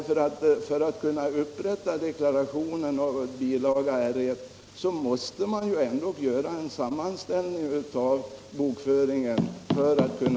För att kunna upprätta deklaration och fylla i bilaga R 1 på rätt sätt måste man ändå göra en sammanställning av bokföringen.